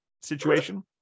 Situation